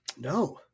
no